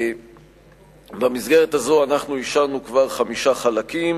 במסגרת הזו אישרנו כבר חמישה חלקים,